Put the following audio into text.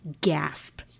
gasp